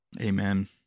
Amen